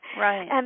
Right